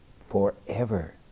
forever